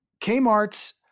Kmart's